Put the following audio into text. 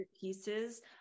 pieces